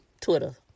Twitter